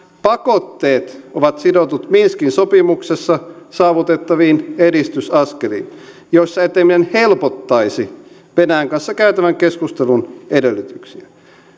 pakotteet ovat sidotut minskin sopimuksessa saavutettaviin edistysaskeliin joissa eteneminen helpottaisi venäjän kanssa käytävän keskustelun edellytyksiä